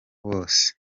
bose